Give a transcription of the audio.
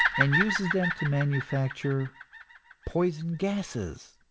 and uses them to manufacture poison gases.